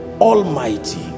Almighty